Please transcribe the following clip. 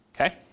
okay